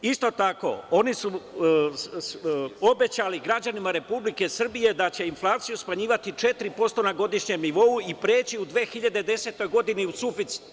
Isto tako, oni su obećali građanima Republike Srbije da će inflaciju smanjivati 4% na godišnjem nivou i preći u 2010. godini u suficit.